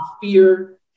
fear